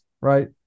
right